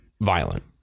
violent